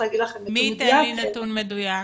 מי ייתן לי נתון מדויק?